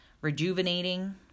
rejuvenating